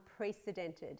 unprecedented